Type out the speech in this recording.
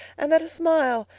and that a smile,